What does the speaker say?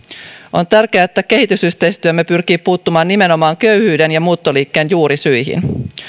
on tärkeää että kehitysyhteistyömme pyrkii puuttumaan nimenomaan köyhyyden ja muuttoliikkeen juurisyihin